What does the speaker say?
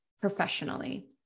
professionally